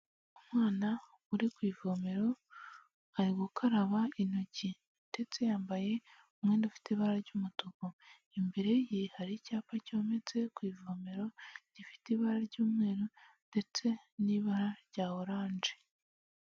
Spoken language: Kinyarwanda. Umwana uri ku ivomero ari gukaraba intoki ndetse yambaye umwenda ufite ibara ry'umutuku, imbere ye hari icyapa cyometse ku ivomero gifite ibara ry'umweru ndetse n'ibara rya oranje.